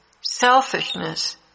selfishness